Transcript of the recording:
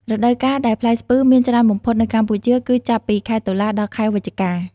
រដូវកាលដែលផ្លែស្ពឺមានច្រើនបំផុតនៅកម្ពុជា គឺចាប់ពី ខែតុលា ដល់ ខែវិច្ឆិកា។